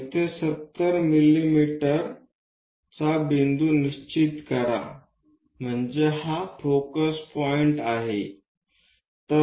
येथे 70 मिमी बिंदू निश्चित करा म्हणजे हा फोकस बिंदू आहे